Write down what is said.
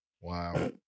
Wow